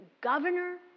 governor